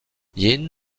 yin